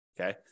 Okay